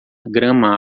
grama